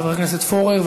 חבר הכנסת פורר.